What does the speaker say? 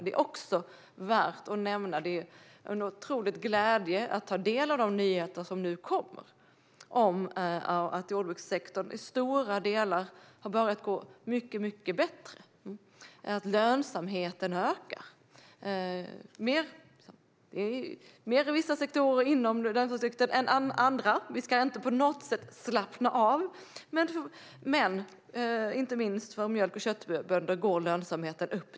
Det är också värt att nämna att det är en otrolig glädje att ta del av de nyheter som nu kommer om att jordbrukssektorn i stora delar har börjat gå mycket bättre. Lönsamheten ökar, mer i vissa sektorer än i andra. Vi ska inte på något sätt slappna av, men inte minst för mjölk och köttbönder går lönsamheten upp.